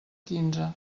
quinze